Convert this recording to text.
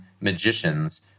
magicians